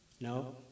No